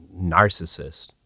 narcissist